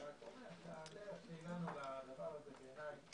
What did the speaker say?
אני רק אומר שהדרך שהגענו לדבר הזה בעיני,